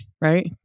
right